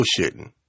bullshitting